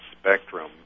spectrum